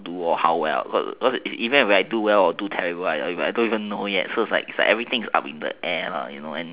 do or how well cause even if I do well or do terrible I don't even know yet cause it's like everything is up in the air you know